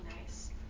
nice